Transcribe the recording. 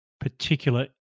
particular